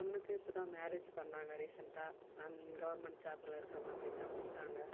பொண்ணுக்கு இப்போ தான் மேரேஜ் பண்ணாங்க ரீசண்டாக கவெர்ன்மெண்ட் ஜாப்பில இருக்கிற மாப்ளக்கு தான் கொடுத்தாங்க